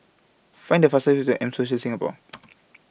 Find The fastest Way to M Social Singapore